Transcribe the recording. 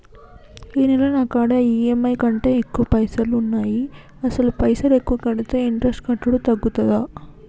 ఈ నెల నా కాడా ఈ.ఎమ్.ఐ కంటే ఎక్కువ పైసల్ ఉన్నాయి అసలు పైసల్ ఎక్కువ కడితే ఇంట్రెస్ట్ కట్టుడు తగ్గుతదా?